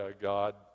God